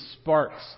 sparks